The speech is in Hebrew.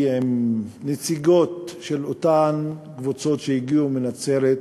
עם נציגות של הקבוצות שהגיעו מנצרת,